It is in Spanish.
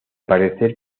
parecer